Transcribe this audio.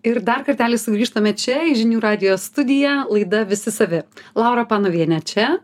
ir dar kartelį sugrįžtame čia į žinių radijo studiją laida visi savi laura panovienė čia